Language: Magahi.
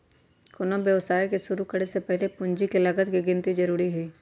कोनो व्यवसाय के शुरु करे से पहीले पूंजी के लागत के गिन्ती जरूरी हइ